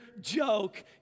joke